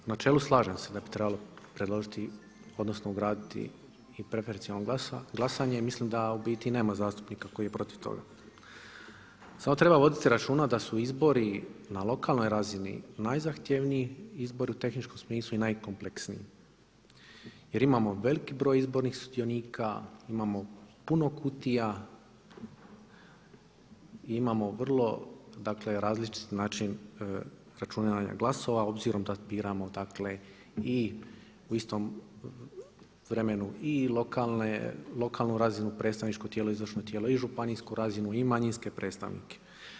U načelu slažem se da bi trebalo predložiti odnosno ugraditi i preferencijalno glasanja i mislim da u biti nema zastupnika koji je protiv toga, samo treba voditi računa da su izbori na lokalnoj razini najzahtjevniji izbori u tehničkom smislu i najkompleksniji jer imamo veliki broj izbornih sudionika, imamo puno kutija i imamo vrlo različiti način računanja glasova obzirom da biramo u istom vremenu i lokalnu razinu predstavničko tijelo, izvršno tijelo i županijsku razinu i manjinske predstavnike.